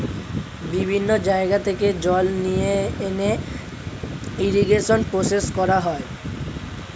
বিভিন্ন জায়গা থেকে জল নিয়ে এনে ইরিগেশন প্রসেস করা হয়